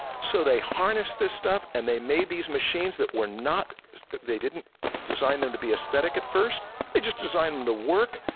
so they harnessed this stuff and they made these machines that were not they didn't design them to be aesthetic at first they just designed them to work.